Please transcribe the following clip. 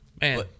Man